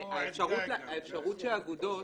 האפשרות שהאגודות